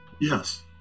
Yes